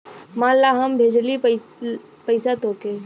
मान ला हम भेजली पइसा तोह्के